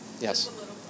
Yes